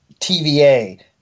tva